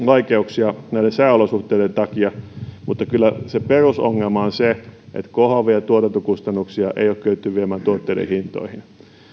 vaikeuksia näiden sääolosuhteiden takia mutta kyllä se perusongelma on se että kohoavia tuotantokustannuksia ei ole kyetty viemään tuotteiden hintoihin